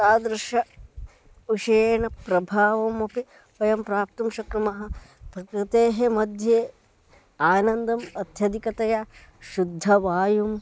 तादृशविषयेण प्रभावमपि वयं प्राप्तुं शक्नुमः प्रकृतेः मध्ये आनन्दम् अत्यधिकतया शुद्धवायुं